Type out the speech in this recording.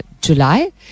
July